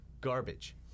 Garbage